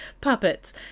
puppets